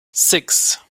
six